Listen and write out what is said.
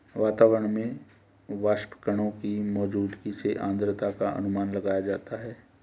वातावरण में वाष्पकणों की मौजूदगी से आद्रता का अनुमान लगाया जाता है